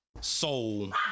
soul